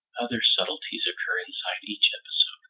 other subtleties occur inside each episode,